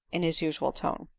in his usual tone.